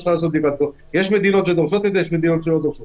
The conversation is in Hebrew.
יש מדינות שדורשות את